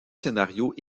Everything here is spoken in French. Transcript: scénarios